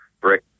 brick